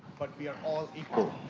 but we are all equal.